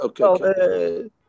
Okay